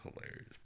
hilarious